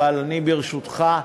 וברשותך,